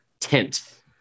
tint